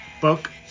book